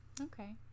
Okay